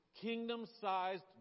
kingdom-sized